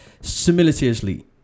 simultaneously